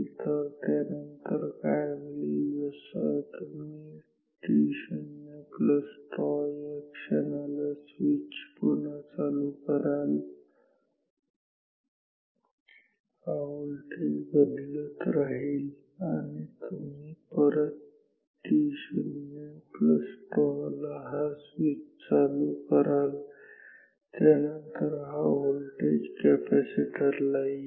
तर त्यानंतर काय होईल जसा तुम्ही t0τ या क्षणाला स्विच पुन्हा चालू कराल हा व्होल्टेज बदलत राहील आणि तुम्ही परत t0τ ला हा स्विच परत चालू कराल त्यानंतर हा व्होल्टेज कॅपॅसिटर ला येईल